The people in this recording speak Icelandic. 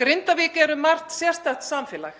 Grindavík er um margt sérstakt samfélag